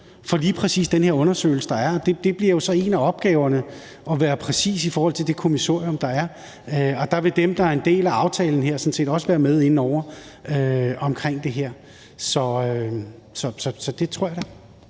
for lige præcis den her undersøgelse. Det bliver så en af opgaverne at være præcise i forhold til det kommissorium, der er. Og der vil dem, der er en del af aftalen her, sådan set også være med inde over det her. Så det tror jeg.